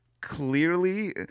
Clearly